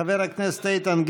חבר הכנסת איתן גינזבורג,